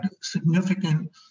significant